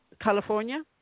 California